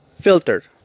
filtered